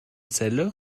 celle